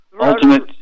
ultimate